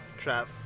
Trav